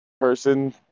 person